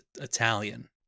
Italian